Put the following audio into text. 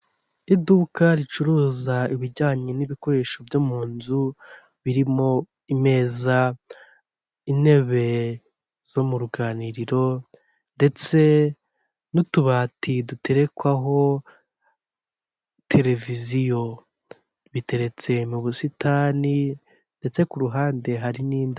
Iduka ricuruza ibijyanye n'ibikoresho byo mu nzu birimo ameza, intebe zo mu ruganiriro ndetse n'utubati duterekwaho televiziyo, biteretse mu busitani ndetse ku ruhande hari n'indabyo.